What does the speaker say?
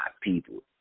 people